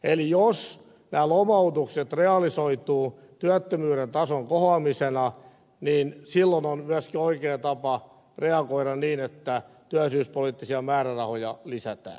eli jos nämä lomautukset realisoituvat työttömyyden tason kohoamisena niin silloin on myöskin oikea tapa reagoida niin että työllisyyspoliittisia määrärahoja lisätään